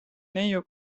neiu